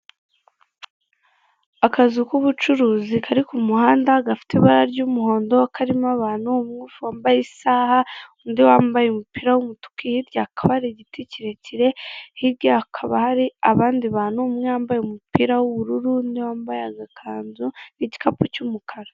Akazu k'ubucuruzi kari ku muhanda gafite ibara ry'umuhondo karimo abantu, umwe wambaye isaha, undi wambaye umupira w'umutuku, hirya hakaba hari igiti kirekire, hirya yaho hakaba hari abandi bantu, umwe wambaye umupira w'ubururu n'uwambaye agakanzu n'igikapu cy'umukara.